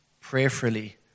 prayerfully